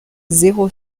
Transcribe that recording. zéro